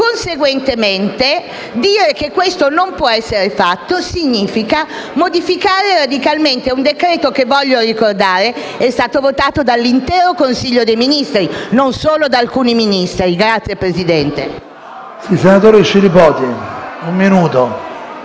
Conseguentemente, dire che questo non può essere fatto significa modificare radicalmente un decreto-legge che - voglio ricordarlo - è stato votato dall'intero Consiglio dei Ministri, non solo da alcuni Ministri. *(Commenti dei senatori Airola e Gatti).*